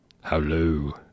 Hello